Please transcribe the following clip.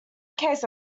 case